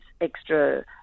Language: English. extra